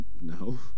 No